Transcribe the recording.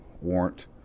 warrant